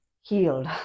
healed